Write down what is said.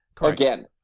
Again